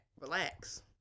Relax